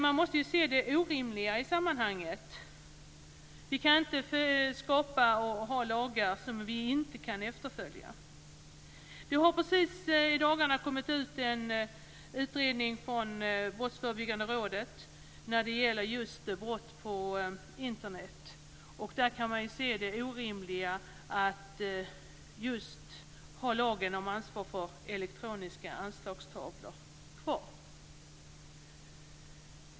Man måste se det orimliga i sammanhanget. Vi kan inte skapa och ha lagar som vi inte kan efterfölja. Det har i dagarna kommit en utredning från Brottsförebyggande rådet om just brott när det gäller Internet. Där kan man se det orimliga i att ha lagen om ansvar för elektroniska anslagstavlor kvar.